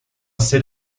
said